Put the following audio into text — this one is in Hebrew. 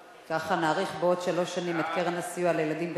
ככה נאריך בעוד שלוש שנים את קיום קרן הסיוע לילדים בסיכון,